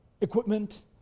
equipment